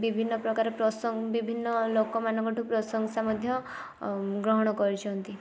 ବିଭିନ୍ନ ପ୍ରକାର ପ୍ରସଙ୍ଗ ବିଭିନ୍ନ ଲୋକମାନଙ୍କଠୁ ପ୍ରଶଂସା ମଧ୍ୟ ଗ୍ରହଣ କରିଛନ୍ତି